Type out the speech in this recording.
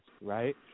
Right